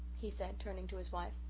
he said, turning to his wife,